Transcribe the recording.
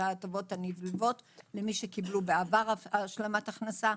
ההטבות הנלוות למי שקיבלו בעבר השלמת הכנסה,